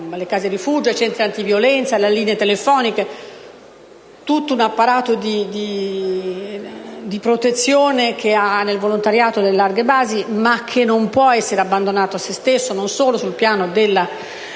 alle case rifugio, ai centri antiviolenza, alle linee telefoniche, tutto un apparato di protezione che ha nel volontariato le larghe basi, ma che non può essere abbandonato a sé stesso, e non solo sul piano dei